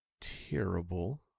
terrible